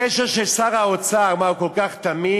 הקשר של שר האוצר, מה, הוא כל כך תמים?